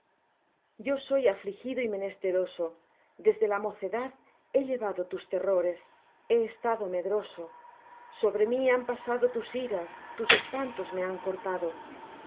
yo soy afligido y menesteroso desde la mocedad he llevado tus terrores he estado medroso sobre mí han pasado tus iras tus espantos me han cortado